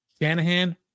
Shanahan